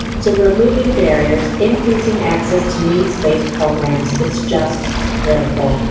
so removing barriers, increasing access to needs based programs, it's just critical.